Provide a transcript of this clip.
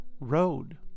road